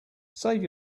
save